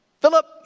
Philip